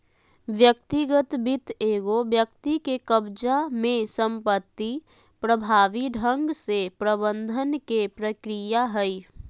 व्यक्तिगत वित्त एगो व्यक्ति के कब्ज़ा में संपत्ति प्रभावी ढंग से प्रबंधन के प्रक्रिया हइ